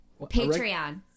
Patreon